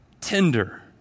tender